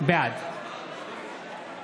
בעד